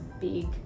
big